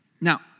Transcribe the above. Now